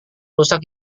rusak